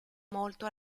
molto